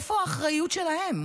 איפה האחריות שלהם?